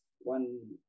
one